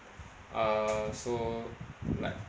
uh so like